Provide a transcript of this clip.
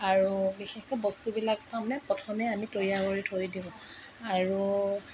আৰু বিশেষকৈ বস্তুবিলাক তাৰমানে প্ৰথমে আমি তৈয়াৰ কৰি থৈ দিওঁ আৰু